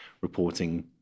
reporting